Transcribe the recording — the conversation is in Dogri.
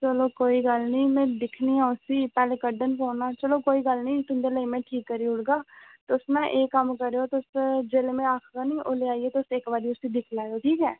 चलो कोई गल्ल नी मैं दिक्खनी आं उसी पैहले कड्डन देओ ना चलो कोई गल्ल नी तुंदे लेई मैं ठीक करी उड़गा तुस मिगी ना एह् कम्म करेया तुस जेल्ले मैं आखगा नी ओल्ले आइयै तुस इक्क बारी तुस दिक्खी लैयो ठीक ऐ